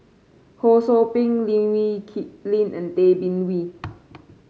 Ho Sou Ping Lee Kip Lin and Tay Bin Wee